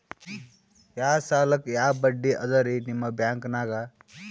ಯಾ ಸಾಲಕ್ಕ ಯಾ ಬಡ್ಡಿ ಅದರಿ ನಿಮ್ಮ ಬ್ಯಾಂಕನಾಗ?